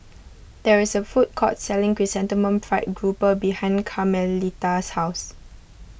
there is a food court selling Chrysanthemum Fried Grouper behind Carmelita's house